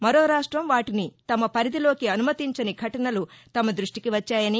మరో రాష్టం వాటిని తమ పరిధిలోకి అనుమతించని ఘటనలు తమ ద్బష్షికి వచ్చాయని